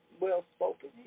well-spoken